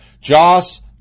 Joss